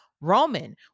Roman